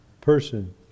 person